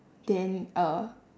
then uh